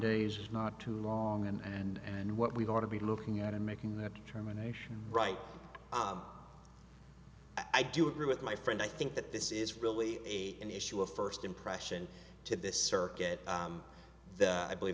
days is not too long and what we ought to be looking at in making that determination right i do agree with my friend i think that this is really an issue of first impression to this circuit that i believe